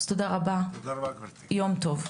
תודה רבה, יום טוב.